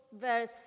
verse